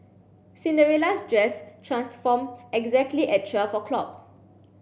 Cinderella's dress transformed exactly at twelve o'clock